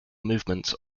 movements